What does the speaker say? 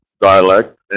dialect